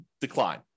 decline